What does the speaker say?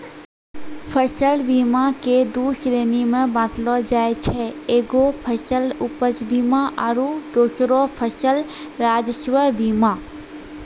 फसल बीमा के दु श्रेणी मे बाँटलो जाय छै एगो फसल उपज बीमा आरु दोसरो फसल राजस्व बीमा